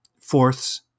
fourths